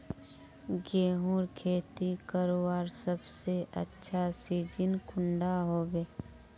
गेहूँर खेती करवार सबसे अच्छा सिजिन कुंडा होबे?